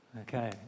Okay